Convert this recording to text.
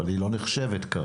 אבל היא לא נחשבת כרגע.